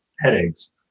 headaches